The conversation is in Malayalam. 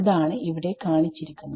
അതാണ് ഇവിടെ കാണിച്ചിരിക്കുന്നത്